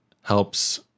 helps